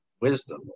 wisdom